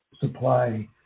supply